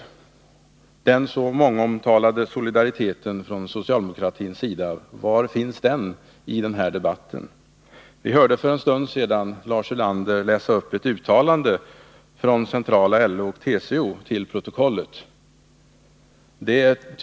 Var finns den så mångomtalade solidariteten från socialdemokratins sida i den här debatten? Vi hörde för en stund sedan Lars Ulander till protokollet läsa in ett uttalande från centrala LO och TCO.